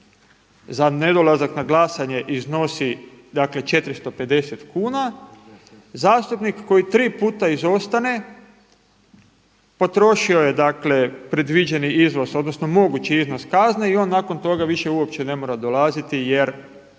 za nedolazak na glasanje iznosi 450 kuna, zastupnik koji tri puta izostane potrošio je predviđeni iznos odnosno mogući iznos kazne i on nakon toga više uopće ne mora dolaziti jer